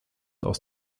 aus